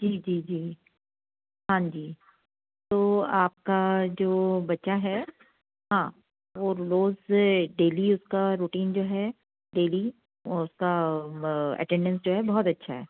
जी जी जी हाँ जी तो आपका जो बच्चा है हाँ वो रोज़ डेली उसका रूटीन जो है डेली और उसका अटेंडेंस जो है बहुत अच्छा है